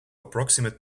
approximate